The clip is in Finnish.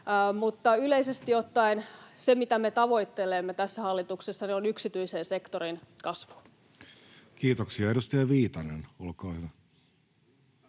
mutta yleisesti ottaen se, mitä me tavoittelemme tässä hallituksessa, on yksityisen sektorin kasvu. Kiitoksia. — Edustaja Viitanen, olkaa hyvä.